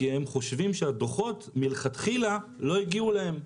כי הם חושבים שהדוחות מלכתחילה לא הגיעו להם.